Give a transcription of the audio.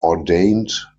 ordained